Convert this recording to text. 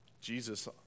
Jesus